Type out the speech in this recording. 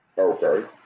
Okay